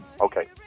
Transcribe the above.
Okay